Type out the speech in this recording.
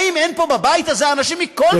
האם אין פה בבית הזה אנשים מכל סיעות הבית,